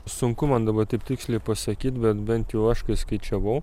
sunku man dabar taip tiksliai pasakyt bet bent jau aš kai skaičiavau